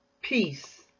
Peace